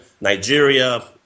Nigeria